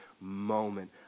moment